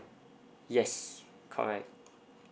yes correct